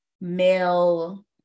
male